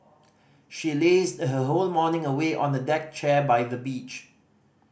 she lazed her whole morning away on a deck chair by the beach